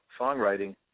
songwriting